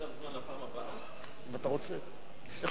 איך